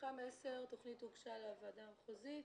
מתחם 10, התוכנית הוגשה לוועדה המחוזית,